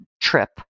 trip